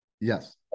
Yes